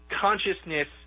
consciousness